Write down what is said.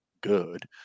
good